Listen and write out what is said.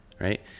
right